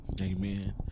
Amen